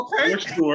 Okay